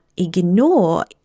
Ignore